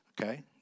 okay